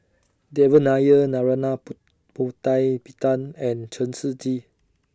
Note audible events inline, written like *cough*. Devan Nair Narana *unintelligible* Putumaippittan and Chen Shiji